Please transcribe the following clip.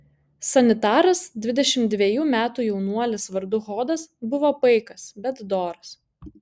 sanitaras dvidešimt dvejų metų jaunuolis vardu hodas buvo paikas bet doras